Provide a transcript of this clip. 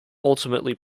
ultimately